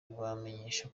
kubamenyesha